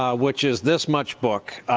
um which is this much book,